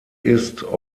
ist